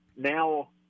Now